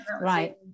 right